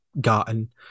gotten